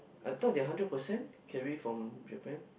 I thought they hundred percent carry from Japan